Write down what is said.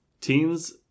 Teens